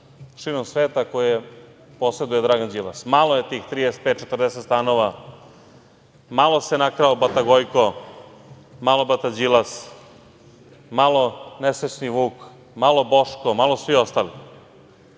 širom sveta, koje poseduje Dragan Đilas. Malo je tih 35, 40 stanova, malo se nakrao bata Gojko, malo bata Đilas, malo nesrećni Vuk, malo Boško, malo svi ostali. Malo